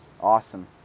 awesome